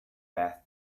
beth